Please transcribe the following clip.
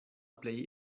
plej